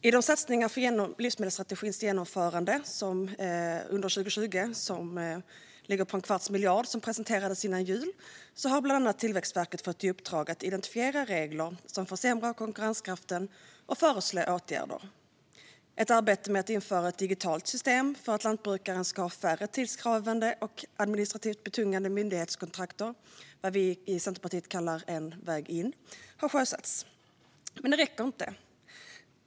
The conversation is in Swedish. I de satsningar för livsmedelsstrategins genomförande under 2020 på en kvarts miljard som presenterades före jul har bland annat Tillväxtverket fått i uppdrag att identifiera regler som försämrar konkurrenskraften och föreslå åtgärder. Ett arbete med att införa ett digitalt system för att lantbrukaren ska ha färre tidskrävande och administrativt betungande myndighetskontakter, vad vi i Centerpartiet kallar En väg in, har sjösatts. Men det räcker inte.